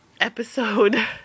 episode